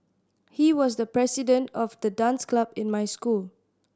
he was the president of the dance club in my school